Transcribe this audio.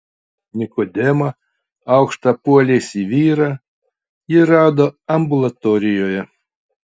nikodemą aukštą poliesį vyrą ji rado ambulatorijoje